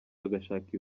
agashaka